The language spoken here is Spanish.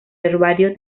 herbario